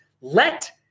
Let